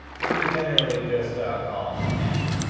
which we generally just call n.